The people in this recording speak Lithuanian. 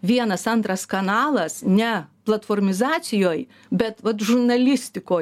vienas antras kanalas ne platformizacijoj bet vat žurnalistiko